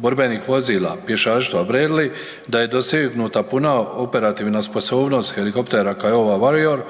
borbenih vozila pješaštva Bradley, da je dosegnuta puna operativna sposobnost helikoptera Kiowa Warrior,